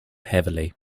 heavily